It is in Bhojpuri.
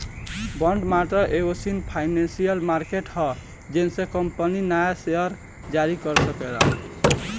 बॉन्ड मार्केट एगो एईसन फाइनेंसियल मार्केट ह जेइसे कंपनी न्या सेयर जारी कर सकेली